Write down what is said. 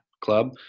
club